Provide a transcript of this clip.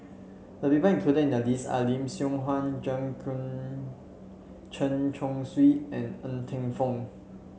the people included in the list are Lim Siong Guan Chen Chong Swee and Ng Teng Fong